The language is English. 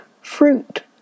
fruit